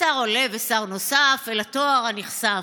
שר עולה ושר נוסף / אל התואר הנכסף.